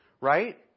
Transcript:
Right